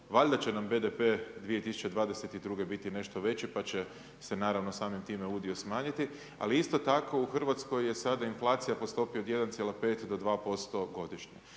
Valjda će nam BDP 2022. biti nešto veći pa će se naravno samim time udio smanjiti ali isto tako u Hrvatskoj je sada inflacija po stopi od 1,5 do 2% godišnje.